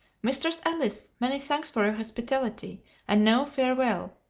mistress alice, many thanks for your hospitality and now, farewell.